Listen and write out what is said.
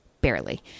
barely